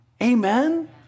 Amen